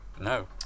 no